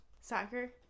Soccer